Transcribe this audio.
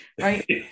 Right